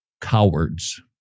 cowards